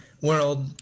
world